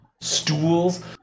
stools